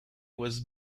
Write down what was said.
was